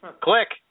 Click